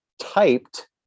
typed